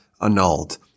annulled